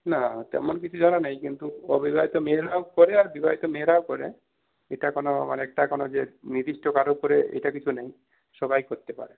না তেমন কিছু জানা নেই কিন্তু অবিবাহিত মেয়েরাও করে আর বিবাহিত মেয়েরাও করে এটা কোনো মানে একটা কোনো যে নির্দিষ্ট কারুর উপরে এটা কিছু নেই সবাই করতে পারে